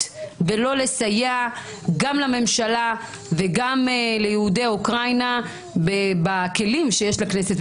ולא לסייע גם לממשלה וגם ליהודי אוקראינה בכלים שיש לכנסת.